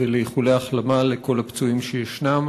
ולאיחולי ההחלמה לכל הפצועים שישנם.